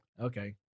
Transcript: Okay